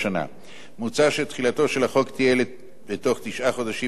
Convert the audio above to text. מוצע שתחילתו של החוק תהיה בתוך תשעה חודשים מיום פרסומו.